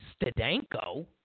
Stadenko